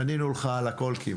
ענינו לך כמעט על הכול.